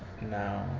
No